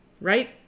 right